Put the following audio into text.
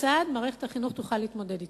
כיצד מערכת החינוך תוכל להתמודד אתה.